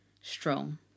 strong